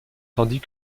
tandis